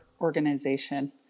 organization